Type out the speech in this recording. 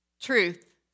Truth